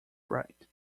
bright